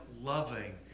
loving